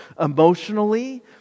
emotionally